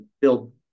build